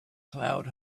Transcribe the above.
cloud